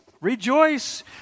rejoice